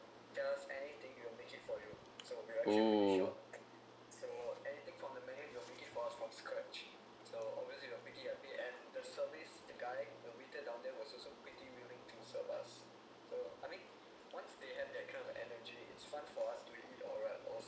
oh